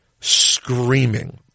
screaming